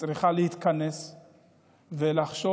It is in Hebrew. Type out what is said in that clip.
צריכה להתכנס ולחשוב